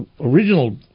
original